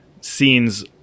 scenes